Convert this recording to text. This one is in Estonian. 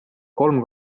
kolm